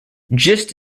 gist